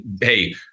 hey